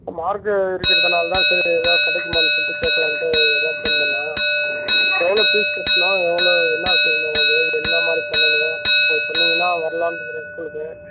mark இருக்கிறதுனால தான் சரி எதாவது கிடைக்குமானு சொல்லிட்டு கேக்கலாம்ன்ட்டு தான் போன் பண்ணேன் எவ்வளோ ஃபீஸ் கட்டணும் எவ்வளோ என்ன செய்யணும் அது என்னமாதிரி பண்ணணும் அதை சொன்னீங்கன்னா வரலாம்னு இருக்கிறேன் ஸ்கூலுக்கு